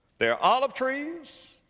they are olive trees.